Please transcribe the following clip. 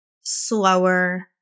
slower